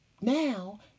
Now